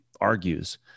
argues